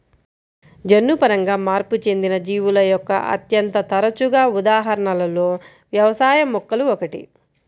జన్యుపరంగా మార్పు చెందిన జీవుల యొక్క అత్యంత తరచుగా ఉదాహరణలలో వ్యవసాయ మొక్కలు ఒకటి